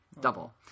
Double